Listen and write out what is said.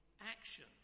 action